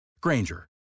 Granger